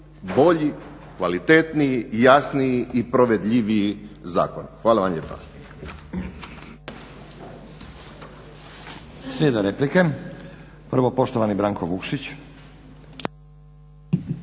bolji, kvalitetniji, jasniji i provedljiviji zakon. Hvala vam lijepa.